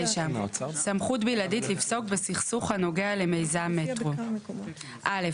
סמכות בלעדית לפסוק בסכסוך הנוגע למיזם מטרו 79. (א)